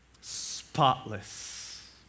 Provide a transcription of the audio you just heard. Spotless